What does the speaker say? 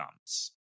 comes